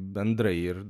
bendrai ir